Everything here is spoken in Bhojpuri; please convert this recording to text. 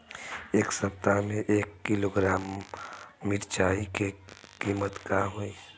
एह सप्ताह मे एक किलोग्राम मिरचाई के किमत का होई?